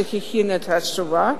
שהכין את התשובה.